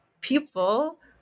people